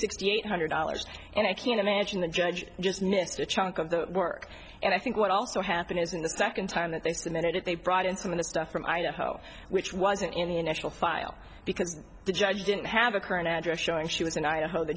sixty eight hundred dollars and i can imagine the judge just missed a chunk of the work and i think what also happened is in the second time that they submitted it they brought in some of the stuff from idaho which wasn't in the initial file because the judge didn't have a current address showing she was in idaho the